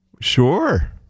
Sure